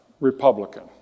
Republican